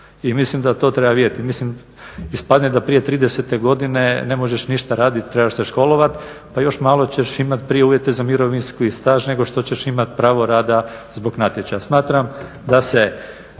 I mislim da to treba vidjeti, mislim, ispadne da prije 30.-te godine ne možeš ništa raditi, trebaš se školovati pa još malo ćeš imati prije uvjete za mirovinski staž nego što ćeš imati pravo rada zbog natječaja.